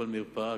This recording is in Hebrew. כל מרפאה,